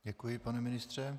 Děkuji, pane ministře.